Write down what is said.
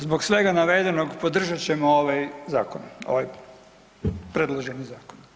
Zbog svega navedenog, podržat ćemo ovaj zakon, ovaj predloženi zakon.